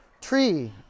Tree